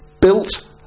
built